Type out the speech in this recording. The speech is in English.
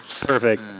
Perfect